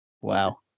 Wow